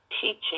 teaching